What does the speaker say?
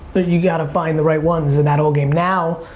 you gotta find the right ones in that whole game. now,